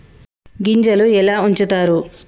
గింజలు ఎలా ఉంచుతారు?